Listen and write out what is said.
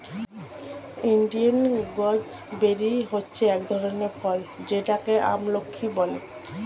Indian gooseberry হচ্ছে এক ধরনের ফল যেটাকে আমলকি বলে